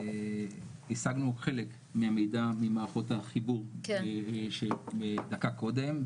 השגנו חלק מהמידע ממערכות החיבור של דקה קודם,